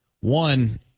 one